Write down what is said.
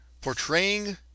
portraying